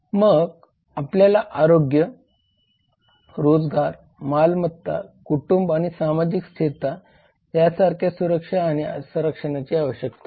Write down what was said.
मग आपल्याला आरोग्य रोजगार मालमत्ता कुटुंब आणि सामाजिक स्थिरता यासारख्या सुरक्षा आणि संरक्षणाची आवश्यकता आहे